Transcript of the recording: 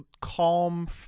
calm